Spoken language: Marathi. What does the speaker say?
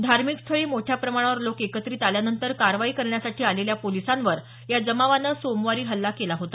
धार्मिक स्थळी मोठ्या प्रमाणावर लोक एकत्रित आल्यानंतर कारवाई करण्यासाठी आलेल्या पोलिसांवर या जमावानं सोमवारी हल्ला केला होता